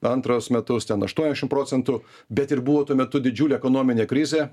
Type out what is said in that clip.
antrus metus ten aštuoniašim procentų bet ir buvo tuo metu didžiulė ekonominė krizė